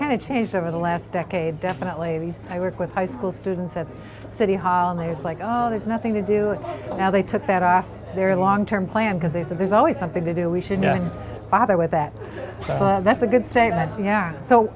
kind of changed over the last decade definitely these i work with high school students at city hall and there's like oh there's nothing to do now they took that off their long term plan because they said there's always something to do we should know bother with that that's a good thing but yeah so